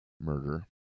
murder